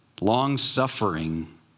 Long-suffering